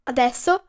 Adesso